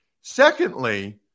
Secondly